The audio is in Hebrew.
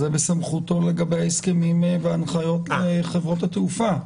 זה בסמכותו לגבי ההסכמים וההנחיות עם חברות התעופה.